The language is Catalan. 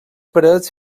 parets